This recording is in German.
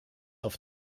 auf